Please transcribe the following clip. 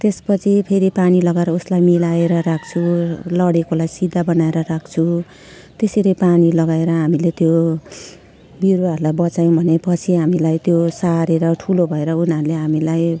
त्यसपछि फेरि पानी लगाएर उसलाई मिलाएर राख्छु लडेकोलाई सिधा बनाएर राख्छु त्यसरी पानी लगाएर हामीले त्यो बिरुवाहरूलाई बचायौँ भने पछि हामीलाई त्यो सारेर ठुलो भएर उनीहरूले हामीलाई